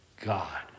God